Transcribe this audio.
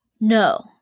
no